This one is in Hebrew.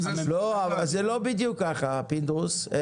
זה לא בדיוק ככה פינדרוס,